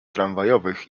tramwajowych